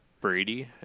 Brady